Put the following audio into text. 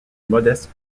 modestes